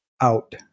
out